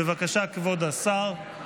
בבקשה, כבוד השר.